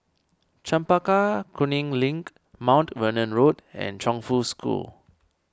Chempaka Kuning Link Mount Vernon Road and Chongfu School